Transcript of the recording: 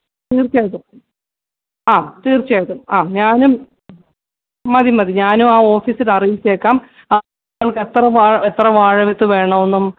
തീർച്ചയായിട്ടും ആ തീർച്ചയായിട്ടും ആ ഞാനും മതി മതി ഞാനും ആ ഓഫീസില് അറിയിച്ചേക്കാം ആ നിങ്ങള്ക്ക് എത്ര എത്ര വാഴ വിത്ത് വേണമെന്നും